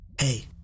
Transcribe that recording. Hey